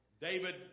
David